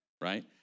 right